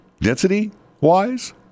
density-wise